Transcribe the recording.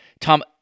Tom